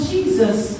Jesus